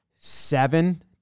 seven